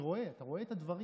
אני רואה, אתה רואה את הדברים.